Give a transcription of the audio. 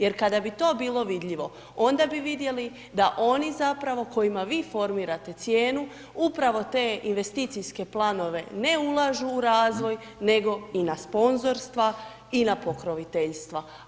Jer kada bi to bilo vidljivo, onda bi vidljiv da oni zapravo, kojima vi formirate cijenu, upravo te investicijske planove ne ulažu u razvoj, nego i na sponzorstva i na pokroviteljstva.